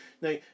now